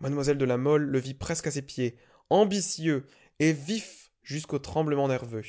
mlle de la mole le vit presque à ses pieds ambitieux et vif jusqu'au tremblement nerveux